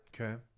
Okay